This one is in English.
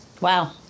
Wow